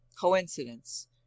Coincidence